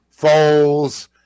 Foles